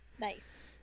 Nice